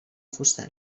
fusta